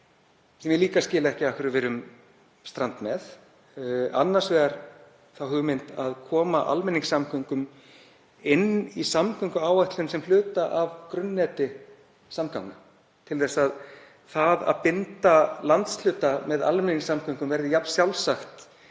sem ég skil ekki heldur af hverju við erum strand með. Annars vegar er sú hugmynd að koma almenningssamgöngum inn í samgönguáætlun sem hluta af grunnneti samgangna til þess að það að binda landshluta saman með almenningssamgöngum verði jafn sjálfsagt